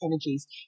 energies